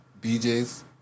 BJ's